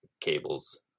cables